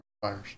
fires